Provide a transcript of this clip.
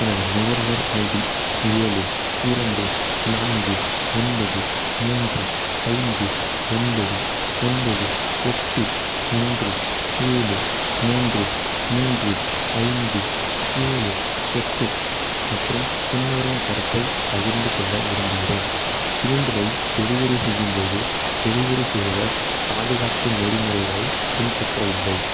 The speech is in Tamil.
எனது நுகர்வோர் ஐடி ஏழு இரண்டு நான்கு ஒன்பது மூன்று ஐந்து ஒன்பது ஒன்பது எட்டு ஒன்று ஏழு மூன்று மூன்று ஐந்து ஏழு எட்டு மற்றும் பின்வரும் கருத்தை பகிர்ந்துக்கொள்ள விரும்புகிறேன் சிலிண்டரை டெலிவரி செய்யும் போது டெலிவரி செய்பவர் பாதுகாப்பு நெறிமுறைகளை பின்பற்றவில்லை